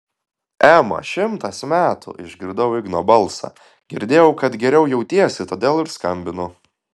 ema šimtas metų išgirdau igno balsą girdėjau kad geriau jautiesi todėl ir skambinu